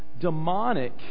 demonic